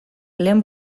lehen